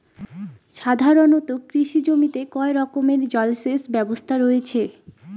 সাধারণত কৃষি জমিতে কয় রকমের জল সেচ ব্যবস্থা রয়েছে?